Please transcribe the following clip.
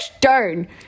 darn